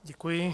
Děkuji.